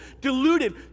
deluded